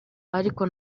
ariko